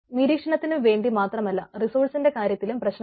നിരീക്ഷണത്തിനു വേണ്ടി മാത്രമല്ല റിസോഴ്സ്ന്റെ കാര്യത്തിലും പ്രശ്നമാണ്